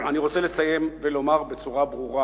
אני רוצה לסיים ולומר בצורה ברורה: